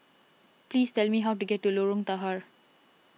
please tell me how to get to Lorong Tahar